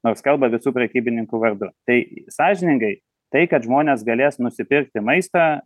nors kalba visų prekybininkų vardu tai sąžiningai tai kad žmonės galės nusipirkti maistą